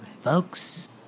folks